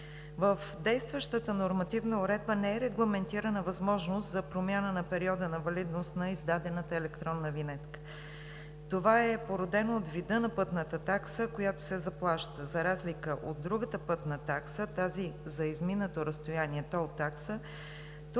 В действащата нормативна уредба не е регламентирана възможност за промяна на периода на валидност на издадената електронна винетка. Това е породено от вида на пътната такса, която се заплаща. За разлика от другата пътна такса – тази за изминато разстояние тол такса, тук ползването